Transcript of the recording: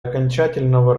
окончательного